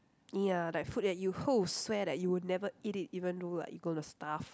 ya like food that you swear that you would never eat it even though like you gonna starve